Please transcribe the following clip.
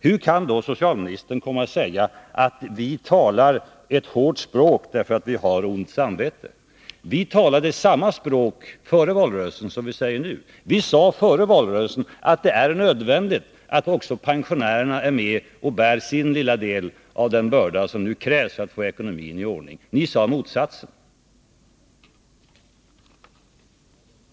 Hur kan då socialministern komma och säga att vi talar ett hårt språk därför att vi har ont samvete? Vi talade samma språk före valrörelsen som vi gör nu. Vi sade före valrörelsen att det är nödvändigt att också pensionärerna är med och bär sin lilla del av den börda som nu krävs för att få ekonomin i ordning. Ni sade motsatsen.